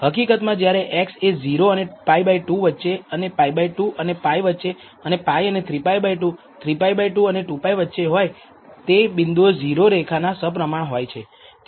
હકીકતમાં જ્યારે x એ 0 અને π 2 વચ્ચે અને π 2 અને π વચ્ચે અને π અને 3π2 3 π 2 and 2 π વચ્ચે હોય તે બિંદુઓ 0 રેખાના સપ્રમાણ હોય છે